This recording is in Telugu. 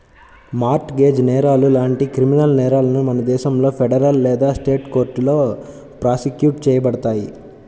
మార్ట్ గేజ్ నేరాలు లాంటి క్రిమినల్ నేరాలను మన దేశంలో ఫెడరల్ లేదా స్టేట్ కోర్టులో ప్రాసిక్యూట్ చేయబడతాయి